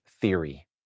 theory